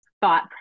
Thought